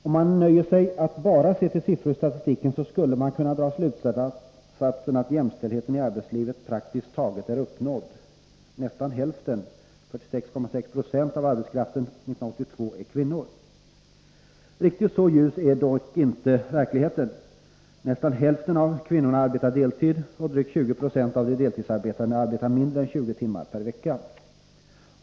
Om man nöjer sig med att bara se till siffror i statistiken skulle man kunna dra slutsatsen att jämställdheten i arbetslivet praktiskt taget är uppnådd. Nästan hälften — 46,6 96 — av arbetskraften år 1982 var kvinnor. Riktigt så ljus är dock inte verkligheten. Nästan hälften av kvinnorna arbetar deltid, och drygt 20 96 av de deltidsarbetande arbetar mindre än 20 timmar per vecka.